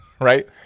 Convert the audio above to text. Right